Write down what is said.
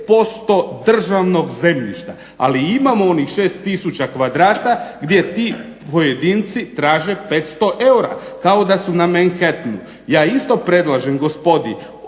95% državnog zemljišta. Ali imamo onih 6000 kvadrata gdje ti pojedinci traže 500 eura kao da su na Manhattenu. Ja isto predlažem gospodi